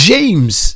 James